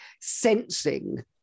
sensing